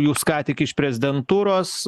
jūs ką tik iš prezidentūros